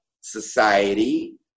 society